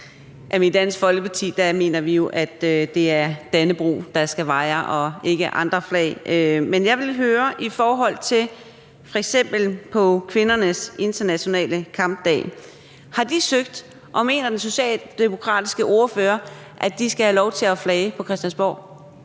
I Dansk Folkeparti mener vi jo, at det er Dannebrog, der skal vaje, og ikke andre flag. Men jeg vil høre i forhold til f.eks. kvindernes internationale kampdag, om der er blevet søgt om det, og om den socialdemokratiske ordfører mener, at der skal gives lov til at flage for det på Christiansborg.